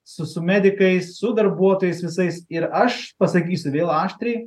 su su medikais su darbuotojais visais ir aš pasakysiu vėl aštriai